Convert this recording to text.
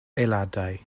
aelodau